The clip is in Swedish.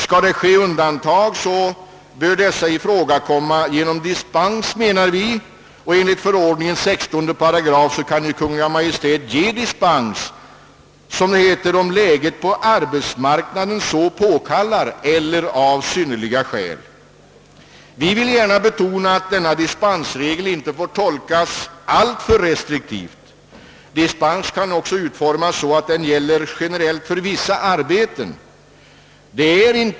Skall det göras undantag, bör dessa ske genom dispens menar vi. Enligt förordningens 16 § kan Kungl. Maj:t ge dispens, om »läget på arbetsmarknaden så påkallar eller av synnerliga skäl». Vi vill gärna betona att denna dispensregel inte bör tolkas alltför restriktivt. Dispensen kan också utformas så, att den gäller generellt för vissa arbeten.